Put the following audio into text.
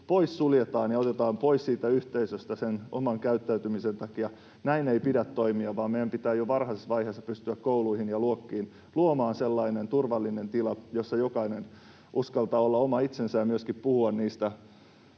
poissuljetaan ja otetaan pois siitä yhteisöstä sen oman käyttäytymisen takia, niin sillä tavalla ei pidä toimia, vaan meidän pitää jo varhaisessa vaiheessa pystyä kouluihin ja luokkiin luomaan sellainen turvallinen tila, jossa jokainen uskaltaa olla oma itsensä ja myöskin puhua niistä